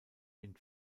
ihn